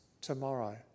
tomorrow